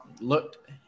looked